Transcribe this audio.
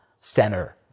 center